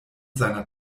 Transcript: seiner